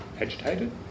agitated